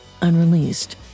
unreleased